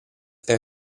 est